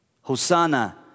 Hosanna